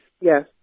Yes